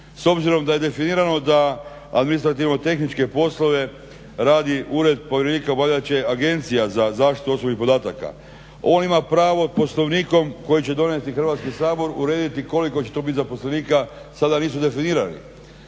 s obzirom da je definirano da administrativno-tehničke poslove radi Ured povjerenika obavljat će Agencija za zaštitu osobnih podataka. On ima pravo poslovnikom koji će donijeti Hrvatski sabor urediti koliko će tu biti zaposlenika, sada nisu definirani.